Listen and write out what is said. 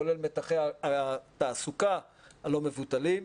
כולל מתחמי התעסוקה הלא מבוטלים.